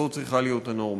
זו צריכה להיות הנורמה.